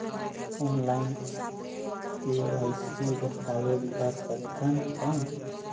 Online KYC दस्तावेज भर सकथन कौन?